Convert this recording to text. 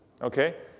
Okay